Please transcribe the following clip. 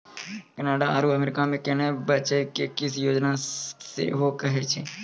Canada आरु America मे किनै बेचै के किस्त योजना सेहो कहै छै